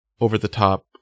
over-the-top